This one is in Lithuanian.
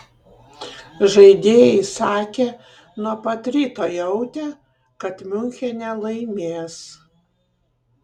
žaidėjai sakė nuo pat ryto jautę kad miunchene laimės